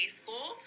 school